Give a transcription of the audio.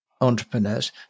entrepreneurs